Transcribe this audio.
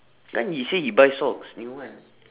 kan he say he buy socks new one